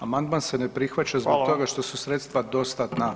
Amandman se ne prihvaća zbog toga što su sredstva dostatna.